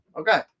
Okay